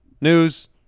news